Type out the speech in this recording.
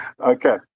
okay